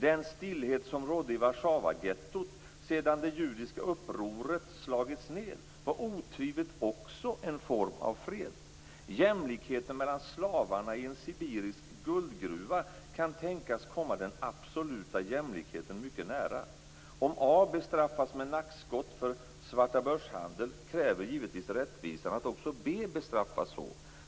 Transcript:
den stillhet som rådde i Warszawaghettot, sedan det judiska upproret slagits ned, var otvivelaktigt också en form av fred, jämlikheten mellan slavarna i en sibirisk guldgruva kan tänkas komma den absoluta jämlikheten mycket nära. Om A bestraffas med nackskott för svartabörshandel, kräver givetvis rättvisan att också B bestraffas så.